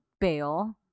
bail